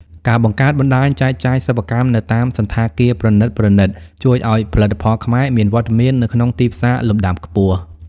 ការបង្កើតបណ្ដាញចែកចាយសិប្បកម្មនៅតាមសណ្ឋាគារប្រណីតៗ ជួយឱ្យផលិតផលខ្មែរមានវត្តមាននៅក្នុងទីផ្សារលំដាប់ខ្ពស់។